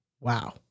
wow